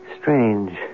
strange